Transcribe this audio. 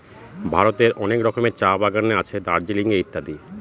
ভারতের অনেক রকমের চা বাগানে আছে দার্জিলিং এ ইত্যাদি